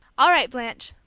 all right, blanche.